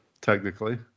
technically